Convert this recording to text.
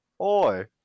Oi